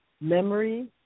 memory